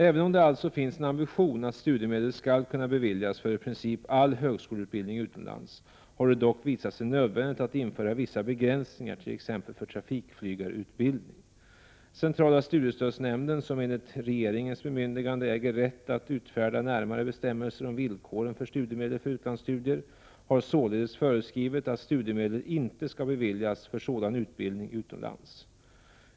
Även om det alltså finns en ambition att studiemedel skall kunna beviljas för i princip all högskoleutbildning utomlands har det dock visat sig nödvändigt att införa vissa begränsningar, t.ex. för trafikflygarutbildning. Centrala studiestödsnämnden, som enligt regeringens bemyndigande äger rätt att utfärda närmare bestämmelser om villkoren för studiemedel för utlandsstudier, har således föreskrivit att studiemedel inte skall beviljas för sådan utbildning utomlands.